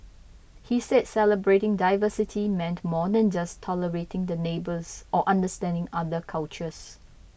he said celebrating diversity meant more than just tolerating the neighbours or understanding other cultures